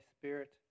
Spirit